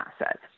asset